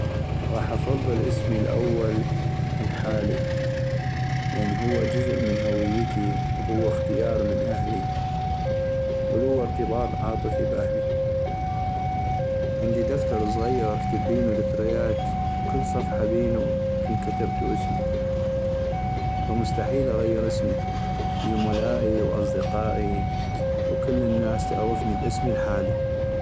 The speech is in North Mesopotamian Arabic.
غاح افضل اسمي الأول الحالي ، لان هو جزء من هويتي وهو اختيار من اهلي ولوا ارتباط عاطفي بأهلي ، عندي دفتر صغيغ اكتب بينو ذكريات وبكل صفحة بينو كن كتبتو اسمي ، فمستحيل اغير اسمي ، زملائي واصدقائي وكل الناس تعغفني باسمي الحالي